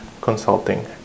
consulting